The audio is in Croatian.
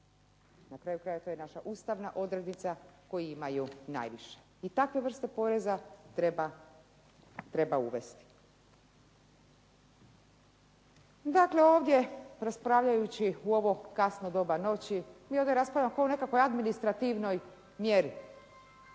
na kraju krajeva to je naša ustavna odrednica koji imaju najviše. I takve vrste poreza treba uvesti. Dakle, ovdje raspravljajući u ovo kasno doba noći, mi ovdje raspravljamo kao o nekakvoj administrativnoj mjeri.